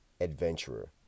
Adventurer